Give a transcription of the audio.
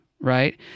right